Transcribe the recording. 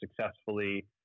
successfully